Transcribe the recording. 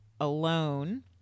alone